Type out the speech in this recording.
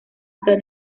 están